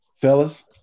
Fellas